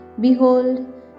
Behold